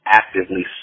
actively